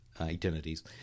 identities